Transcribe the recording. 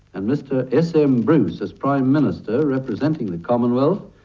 and mr s. m. bruce, as prime minister representing the commonwealth,